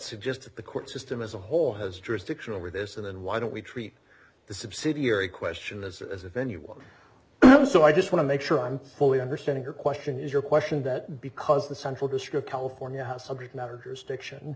suggest that the court system as a whole has jurisdiction over this and then why don't we treat the subsidiary question as a as a venue one so i just want to make sure i'm fully understanding your question is your question that because the central district california has subject matter stiction